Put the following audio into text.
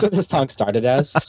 this song started as?